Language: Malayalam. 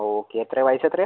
ഓക്കെ എത്ര വയസ്സ് എത്രെയാ